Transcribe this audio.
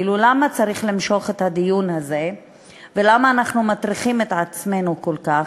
למה צריך למשוך את הדיון הזה ולמה אנחנו מטריחים את עצמנו כל כך.